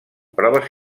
proves